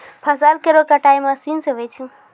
फसल केरो कटाई मसीन सें होय छै